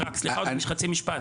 לשטח,